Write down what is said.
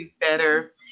better